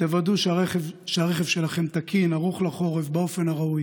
ודאו שהרכב שלכם תקין וערוך לחורף באופן הראוי,